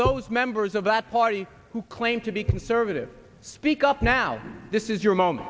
those members of that party who claim to be conservative speak up now this is your mom